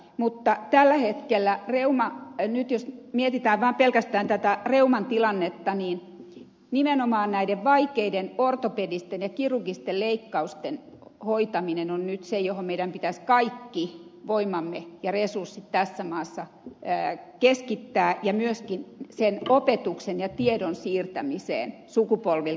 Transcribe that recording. mutta nyt jos mietitään vaan pelkästään tätä reuman tilannetta niin nimenomaan näiden vaikeiden ortopedisten ja kirurgisten leikkausten hoitaminen on nyt se johon meidän pitäisi kaikki voimamme ja resurssit tässä maassa keskittää ja myöskin sen opetuksen ja tiedon siirtämiseen sukupolvelta toiselle